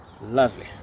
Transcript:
lovely